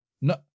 No